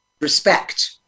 respect